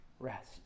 rest